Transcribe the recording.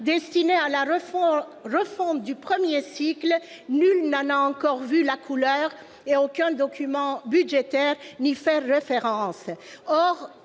destiné à la refonte du premier cycle, nul n'en a encore vu la couleur et aucun document budgétaire n'y fait référence.